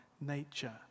nature